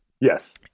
Yes